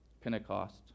Pentecost